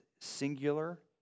singular